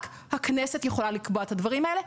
רק הכנסת יכולה לקבוע את הדברים האלה.